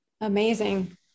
Amazing